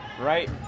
right